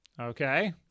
Okay